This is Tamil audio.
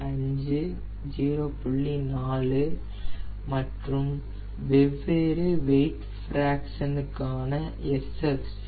4 மற்றும் வெவ்வேறு வெய்ட் ஃபிராக்சனுக்கான SFC